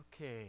okay